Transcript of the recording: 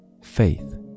Faith